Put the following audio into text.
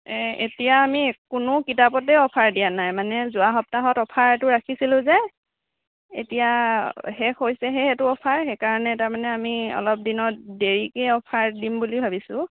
এতিয়া আমি কোনো কিতাপতে অফাৰ দিয়া নাই মানে যোৱা সপ্তাহত অফাৰটো ৰাখিছিলোঁ যে এতিয়া শেষ হৈছেহে এইটো অফাৰ সেইকাৰনে তাৰমানে আমি অলপ দিনত দেৰিকে অফাৰ দিম বুলি ভাবিছোঁ